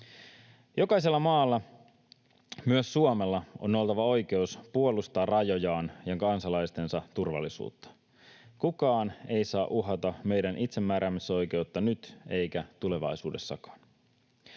Jokaisella maalla, myös Suomella, on oltava oikeus puolustaa rajojaan ja kansalaistensa turvallisuutta. Kukaan ei saa uhata meidän itsemääräämisoikeutta nyt eikä tulevaisuudessakaan.